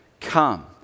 come